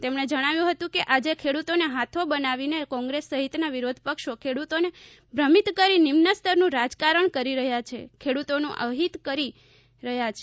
તેમણે જણાવ્યું હતું કે આજે ખેડૂતોને હાથો બનાવીને કોંગ્રેસ સહિતના વિરોધપક્ષો ખેડૂતોને ભ્રમિત કરી નિમ્નસ્તરનું રાજકરણ કરી રહ્યાં છે ખેડૂતોનું અહિત કરી રહ્યા છે